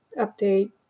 update